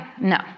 No